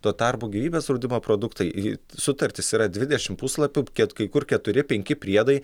tuo tarpu gyvybės draudimo produktai į sutartys yra dvidešimt puslapių ket kai kur keturi penki priedai